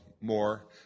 more